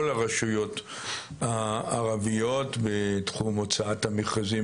הרשויות הערביות בתחום הוצאת המכרזים,